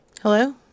Hello